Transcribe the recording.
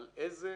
על איזה